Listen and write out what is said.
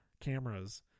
cameras